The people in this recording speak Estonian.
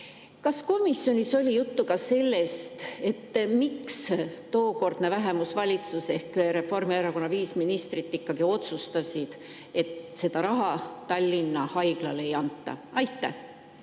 Kas komisjonis oli juttu ka sellest, miks tookordne vähemusvalitsus ehk Reformierakonna viis ministrit ikkagi otsustasid, et seda raha Tallinna Haiglale ei anta? Austatud